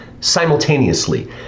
simultaneously